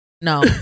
No